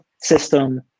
system